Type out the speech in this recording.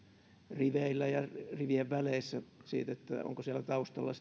riveillä ja rivien väleissä siitä onko siellä taustalla